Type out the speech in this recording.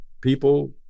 People